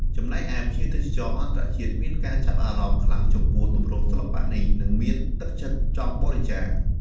ចំណែកឯ ភ្ញៀវទេសចរអន្តរជាតិមានការចាប់អារម្មណ៍ខ្លាំងចំពោះទម្រង់សិល្បៈនេះ និងមានទឹកចិត្តចង់បរិច្ចាគ។